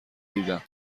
دیدم